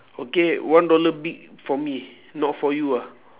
okay one dollar big for me not for you ah